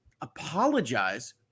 apologize